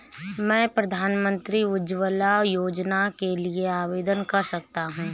क्या मैं प्रधानमंत्री उज्ज्वला योजना के लिए आवेदन कर सकता हूँ?